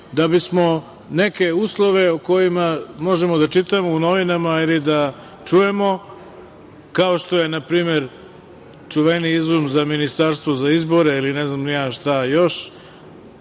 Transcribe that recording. da bismo neke uslove o kojima možemo da čitamo u novinama ili da čujemo, kao što je na primer čuveni izum za „ministarstvo za izbore“ ili ne znam ni ja šta još,